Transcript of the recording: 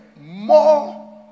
more